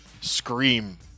scream